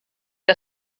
que